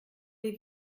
les